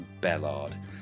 Bellard